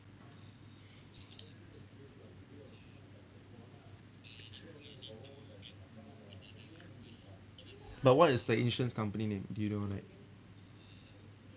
but what is the insurance company name do you know like